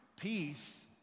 Peace